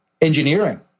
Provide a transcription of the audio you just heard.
engineering